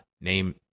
name